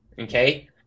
okay